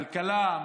כלכלה,